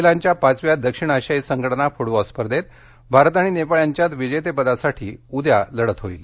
महिलांच्या पाचव्या दक्षिण आशियाई संघटना फुटबॉल स्पर्धेत भारत आणि नेपाळ यांच्यात विजेतेपदासाठी उद्या लढत होणार आहे